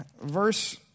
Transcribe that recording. verse